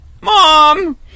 mom